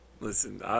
Listen